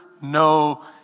no